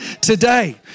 today